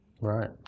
Right